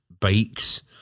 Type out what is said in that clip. bikes